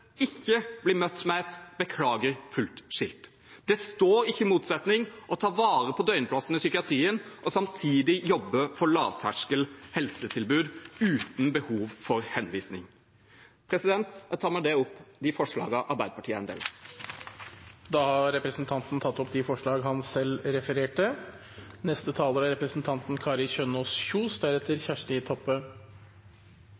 ikke blir møtt med et «Beklager, fullt»-skilt. Det er ingen motsetning mellom å ta vare på døgnplassene i psykiatrien og samtidig jobbe for lavterskel helsetilbud uten behov for henvisning. Jeg tar med det opp de forslagene Arbeiderpartiet er en del av. Representanten Tellef Inge Mørland har tatt opp de forslagene han refererte